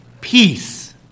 peace